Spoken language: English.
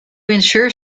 ensure